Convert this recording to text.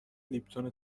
لیپتون